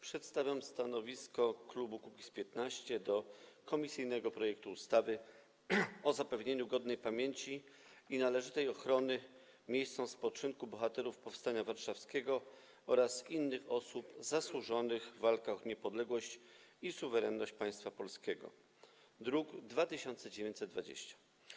Przedstawiam stanowisko klubu Kukiz’15 wobec komisyjnego projektu ustawy o zapewnieniu godnej pamięci i należytej ochrony miejscom spoczynku Bohaterów Powstania Warszawskiego oraz innych osób zasłużonych w walkach o niepodległość i suwerenność Państwa Polskiego, druk nr 2920.